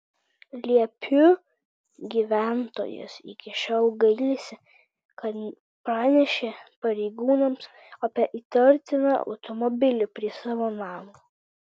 liepių gyventojas iki šiol gailisi kad pranešė pareigūnams apie įtartiną automobilį prie savo namo